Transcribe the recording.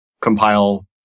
compile